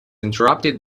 interrupted